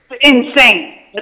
Insane